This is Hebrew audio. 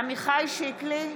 עמיחי שיקלי,